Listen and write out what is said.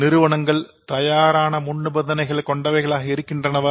நிறுவனங்கள் தயாரான முன் நிபந்தனைகளை கொண்டவைகளாக இருக்கின்றனவா